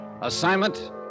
Assignment